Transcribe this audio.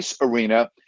Arena